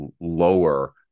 lower